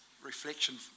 reflection